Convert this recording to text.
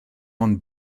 ond